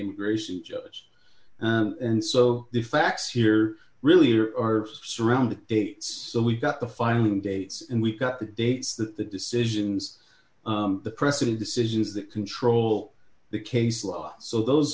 immigration judge and so the facts here really are surrounding dates so we've got the filing dates and we've got the dates that the decisions the precedent decisions that control the case law so those